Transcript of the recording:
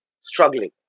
struggling